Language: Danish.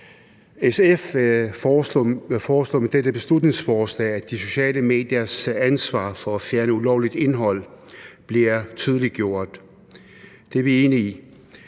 SF foreslår med dette beslutningsforslag, at de sociale mediers ansvar for at fjerne ulovligt indhold bliver tydeliggjort. Det er vi enige i.